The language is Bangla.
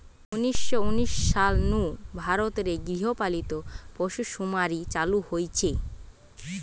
উনিশ শ উনিশ সাল নু ভারত রে গৃহ পালিত পশুসুমারি চালু হইচে